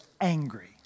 angry